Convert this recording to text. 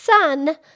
sun